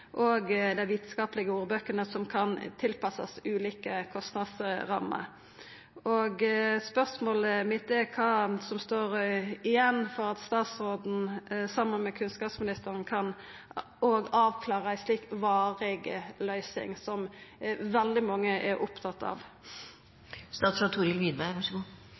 og dei vitskaplege ordbøkene som kan tilpassast ulike kostnadsrammer. Spørsmålet mitt er kva som står igjen for at statsråden, saman med kunnskapsministeren, òg kan avklara ei slik varig løysing, som veldig mange er opptatt av. Jeg har god kontakt med kunnskapsministeren. Når det gjelder ansvaret for Universitetet i Oslo, så